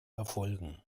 erfolgen